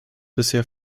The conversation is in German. bisher